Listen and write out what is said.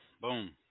boom